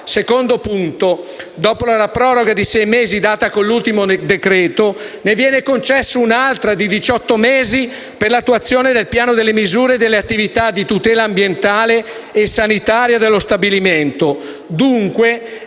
secondo luogo, dopo la proroga di sei mesi concessa con l'ultimo decreto-legge, ne viene concessa un'altra di diciotto mesi per l'attuazione del piano delle misure e delle attività di tutela ambientale e sanitaria dello stabilimento; dunque